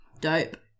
Dope